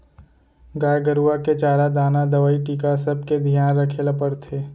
गाय गरूवा के चारा दाना, दवई, टीका सबके धियान रखे ल परथे